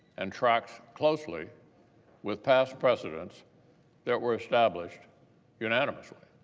and tracks closely with past presidents that were established unanimously.